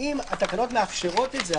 ואם התקנות מאפשרות את זה,